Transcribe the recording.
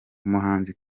umuhanzi